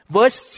Verse